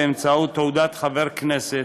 באמצעות תעודת חבר כנסת.